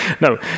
no